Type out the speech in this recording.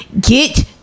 get